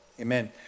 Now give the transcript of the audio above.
amen